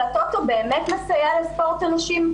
אבל הטוטו באמת מסייע לספורט הנשים.